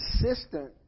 consistent